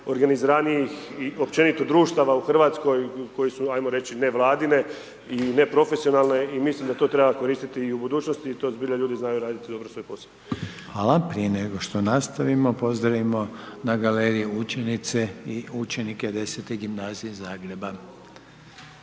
najorganiziranijih i općenito društava u Hrvatskoj, koji su ajmo reći nevladine i neprofesionalne i mislim da to treba koristit i u budućnosti i to zbilja ljudi znaju raditi dobar svoj posao. **Reiner, Željko (HDZ)** Hvala. Prije nego što nastavimo, pozdravimo na galeriji učenice i učenike 10. gimnazije iz Zagreba.